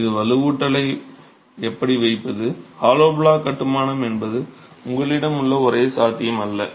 இந்த வலுவூட்டலை எப்படி வைப்பது ஹாலோ பிளாக் கட்டுமானம் என்பது உங்களிடம் உள்ள ஒரே சாத்தியம் அல்ல